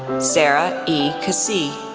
sara e. keesee,